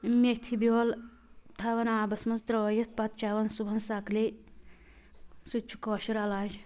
میٚتھہِ بیٛول تھاوان آبس منٛز ترٛٲیِتھ پتہٕ چیٚوان صُبحن سکلے سُہ تہِ چھُ کٲشُر علاج